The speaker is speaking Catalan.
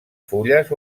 fulles